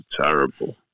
terrible